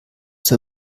zur